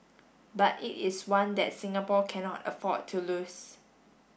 but it is one that Singapore cannot afford to lose